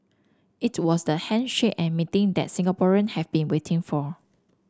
it was the handshake and meeting that Singaporean have been waiting for